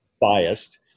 biased